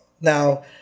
Now